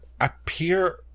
appear